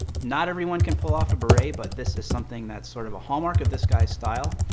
not everyone can pull off a beret, but this is something that's sort of a hallmark of this guy's style.